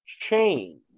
change